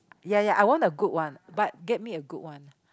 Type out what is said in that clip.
ya ya I want a good one but get me a good one